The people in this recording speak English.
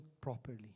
properly